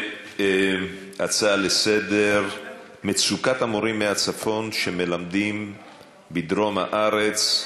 הצעה לסדר-היום: מצוקת המורים מהצפון המלמדים בדרום הארץ,